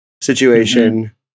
situation